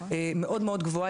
היא מאוד מאוד גבוהה.